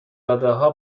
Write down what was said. دادهها